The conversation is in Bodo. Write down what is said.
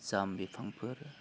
जाम बिफांफोर